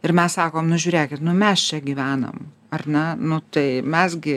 ir mes sakom nu žiūrėk mes čia gyvenam ar ne nu tai mes gi